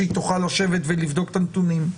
שהיא תוכל לשבת לבדוק את הנתונים.